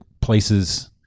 places